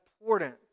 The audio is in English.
important